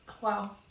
Wow